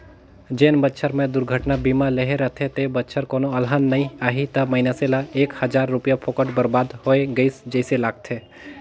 जेन बच्छर मे दुरघटना बीमा लेहे रथे ते बच्छर कोनो अलहन नइ आही त मइनसे ल एक हजार रूपिया फोकट बरबाद होय गइस जइसे लागथें